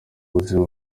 buzima